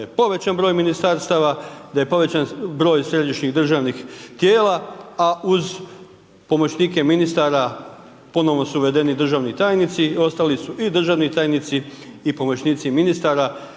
da je povećan broj ministarstava, da je povećan broj središnjih državnih tijela a uz pomoćnike ministara ponovno su uvedeni državni tajnici, ostali su i državni tajnici i pomoćnici ministara